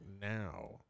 now